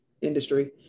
industry